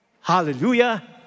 Hallelujah